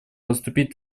поступить